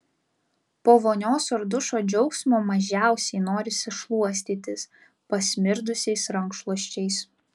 po vonios ar dušo džiaugsmo mažiausiai norisi šluostytis pasmirdusiais rankšluosčiais